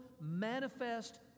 manifest